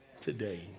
today